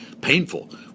painful